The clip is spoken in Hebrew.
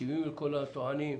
מקשיבים לכל הטוענים.